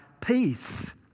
peace